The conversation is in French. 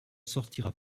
sortira